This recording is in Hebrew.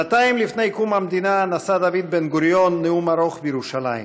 שנתיים לפני קום המדינה נשא דוד בן-גוריון נאום ארוך בירושלים.